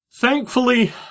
Thankfully